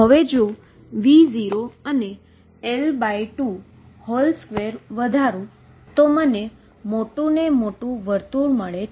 જો તમે V0અનેL22 વધારુ તો મને મોટું ને મોટું વર્તુળ મળે